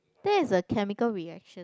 that is a chemical reaction